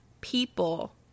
people